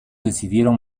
decidieron